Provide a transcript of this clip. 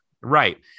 Right